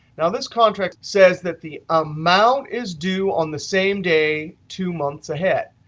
now, this contract says that the amount is due on the same day two months ahead.